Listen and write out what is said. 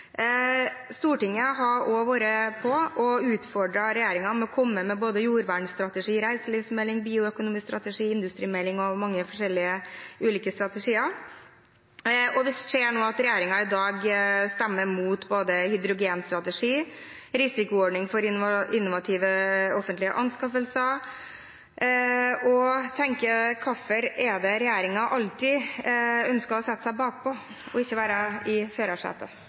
Stortinget har også vært på og utfordret regjeringen til å komme med både jordvernsstrategi, reiselivsmelding, bioøkonomistrategi, industrimelding og mange forskjellige strategier. Vi ser nå i dag at regjeringspartiene stemmer imot både en hydrogenstrategi og en risikoordning for innovative offentlige anskaffelser, og jeg tenker: Hvorfor er det regjeringen alltid ønsker å sette seg bakpå og ikke være i førersetet?